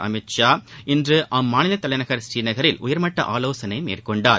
அமித்ஷா இன்று அம்மாநில தலைநகர் ஸ்ரீநகரில் உயர்மட்ட ஆலோசனை மேற்கொண்டார்